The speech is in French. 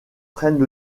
prennent